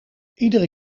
iedere